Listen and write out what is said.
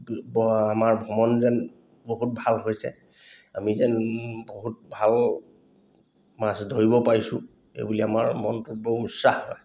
আমাৰ ভ্ৰমণ যেন বহুত ভাল হৈছে আমি যেন বহুত ভাল মাছ ধৰিব পাৰিছোঁ এইবুলি আমাৰ মনটোত বৰ উৎসাহ হয়